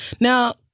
Now